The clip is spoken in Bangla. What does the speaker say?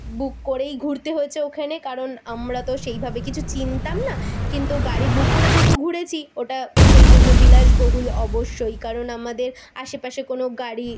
বুক করেই ঘুরতে হয়েছে ওখানে কারণ আমরা তো সেইভাবে কিছু চিনতাম না কিন্তু গাড়ি বুক করে যেহেতু ঘুরেছি ওটা সেই জন্য বিলাসবহুল অবশ্যই কারণ আমাদের আশেপাশে কোনো গাড়ি